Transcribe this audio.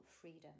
freedom